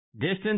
distance